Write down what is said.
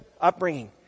upbringing